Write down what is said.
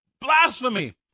blasphemy